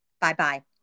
Bye-bye